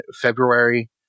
February